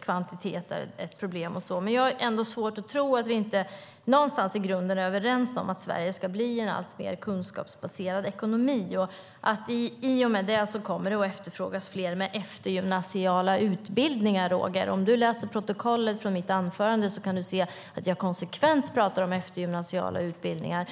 kvantitet är ett problem och så vidare, men jag har svårt att tro att vi inte någonstans i grunden ändå är överens om att Sverige ska bli en alltmer kunskapsbaserad ekonomi. I och med det kommer det att efterfrågas fler med eftergymnasiala utbildningar. Roger, i protokollet kan du läsa mitt anförande. Då kan du se att jag konsekvent pratar om eftergymnasiala utbildningar.